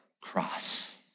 cross